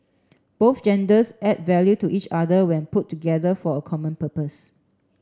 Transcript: both genders add value to each other when put together for a common purpose